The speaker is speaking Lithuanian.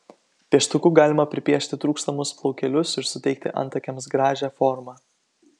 pieštuku galima pripiešti trūkstamus plaukelius ir suteikti antakiams gražią formą